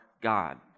God